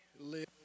live